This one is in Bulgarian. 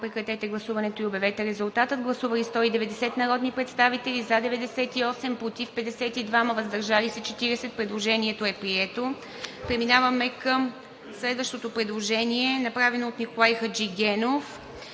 на прегласуване направеното предложение. Гласували 190 народни представители: за 98, против 52, въздържали се 40. Предложението е прието. Преминаваме към следващото предложение, направено от Николай Хаджигенов,